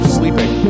sleeping